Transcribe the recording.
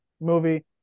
movie